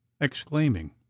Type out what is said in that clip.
exclaiming